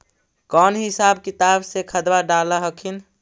कौन हिसाब किताब से खदबा डाल हखिन?